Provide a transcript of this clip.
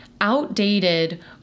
outdated